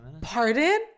Pardon